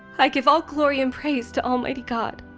i give all glory and praise to almighty god!